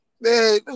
Man